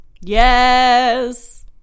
Yes